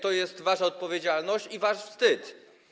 To jest wasza odpowiedzialność i wasz wstyd.